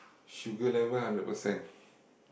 sugar level hundred percent